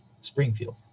Springfield